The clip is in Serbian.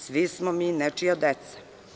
Svi smo mi nečija deca.